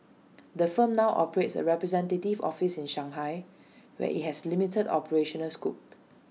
the firm now operates A representative office in Shanghai where IT has limited operational scope